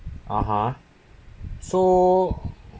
a'ah so